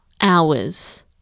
hours